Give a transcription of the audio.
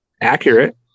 accurate